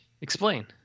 Explain